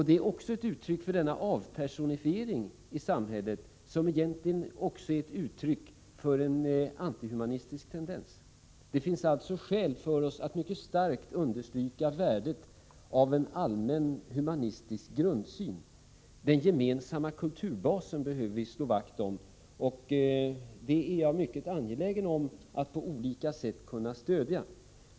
Det är dessutom ett uttryck för avpersonifieringen i samhället, som egentligen är ett tecken på en antihumanistisk tendens. Det finns alltså skäl för oss att mycket starkt understryka värdet av en allmän humanistisk grundsyn. Den gemensamma kulturbasen behöver vi slå vakt om, och det är jag mycket angelägen om att på olika sätt kunna stödja.